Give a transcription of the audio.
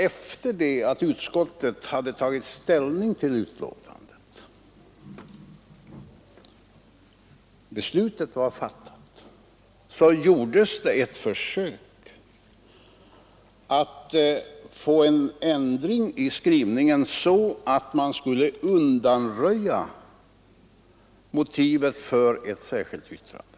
Efter det att utskottet hade tagit ställning till skrivningen och beslutet var fattat gjorde det emellertid ett försök att få en ändring i skrivningen så att man skulle undanröja motivet för ett särskilt yttrande.